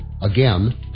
Again